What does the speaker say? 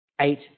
eight